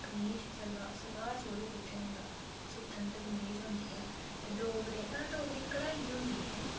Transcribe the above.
कमीज सलवार सलवार सूट बी कुत्थै होंदा सुत्थन ते कमीज होंदी ऐ ते डोगरे हां डोगरी कढ़ाई होंदी हैनी